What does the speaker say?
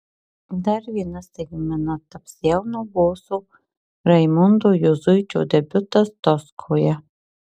dar viena staigmena taps jauno boso raimundo juzuičio debiutas toskoje